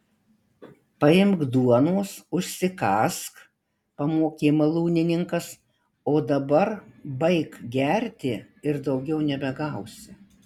paimk duonos užsikąsk pamokė malūnininkas o dabar baik gerti ir daugiau nebegausi